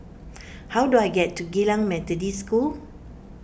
how do I get to Geylang Methodist School